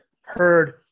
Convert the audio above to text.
heard